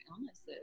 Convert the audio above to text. illnesses